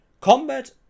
combat